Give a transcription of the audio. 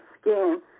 skin